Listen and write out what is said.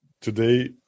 today